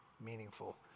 meaningful